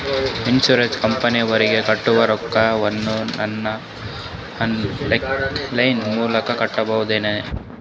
Insurance ಕಂಪನಿಯವರಿಗೆ ಕಟ್ಟುವ ರೊಕ್ಕ ವನ್ನು ನಾನು ಆನ್ ಲೈನ್ ಮೂಲಕ ಕಟ್ಟಬಹುದೇನ್ರಿ?